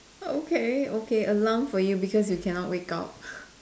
okay okay alarm for you because you cannot wake up